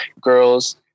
girls